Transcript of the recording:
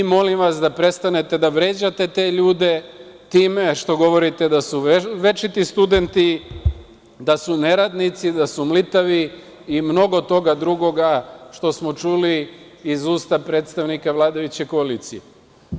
Molim vas da prestanete da vređate te ljude, time što govorite da su večiti studenti, da su neradnici, da su mlitavi, i mnogo toga drugoga što smo čuli iz usta predstavnika vladajuće koalicije.